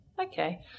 okay